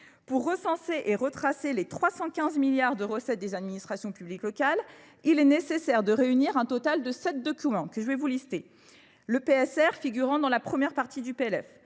Pour recenser et retracer les 315 milliards de recettes des administrations publiques locales, il est nécessaire de réunir un total de sept documents que je vais vous lister. Le PSR figurant dans la première partie du PLF,